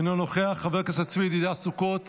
אינו נוכח, חבר הכנסת צבי ידידה סוכות,